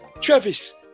Travis